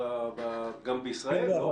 כן.